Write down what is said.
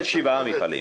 שבעה מפעלים.